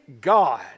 God